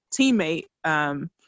teammate